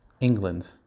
England